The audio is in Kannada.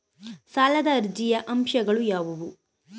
ಸಾಲದ ಅರ್ಜಿಯ ಅಂಶಗಳು ಯಾವುವು?